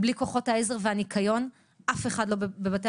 בלי כוחות העזר והניקיון אף אחד בבתי